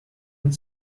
und